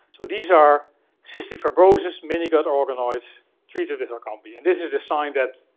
so, these are cystic fibrosis mini-gut organoids treated with orkambi, and this is a sign that,